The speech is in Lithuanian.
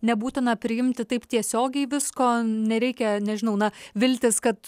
nebūtina priimti taip tiesiogiai visko nereikia nežinau na viltis kad